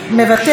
מוותר,